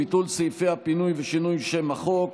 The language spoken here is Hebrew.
ביטול סעיפי הפינוי ושינוי שם החוק),